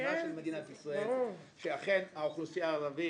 לחוסנה של מדינת ישראל שאכן האוכלוסייה הערבית